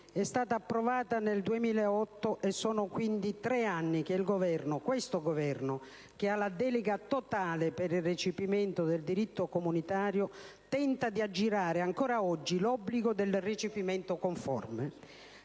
è stata approvata nel 2008: sono quindi tre anni che il Governo, questo Governo, che ha la delega totale per il recepimento del diritto comunitario, tenta di aggirare ancora oggi l'obbligo del recepimento conforme.